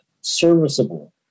serviceable